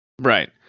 right